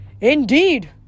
Indeed